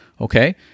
Okay